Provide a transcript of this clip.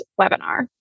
webinar